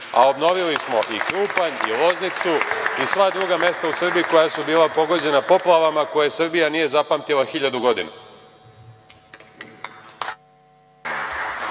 a obnovili smo i Krupanj i Loznicu i sva druga mesta u Srbiji koja su bila pogođena poplavama koje Srbija nije zapamtila 1.000 godina.